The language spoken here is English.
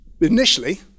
initially